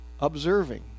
Observing